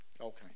Okay